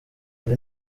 hari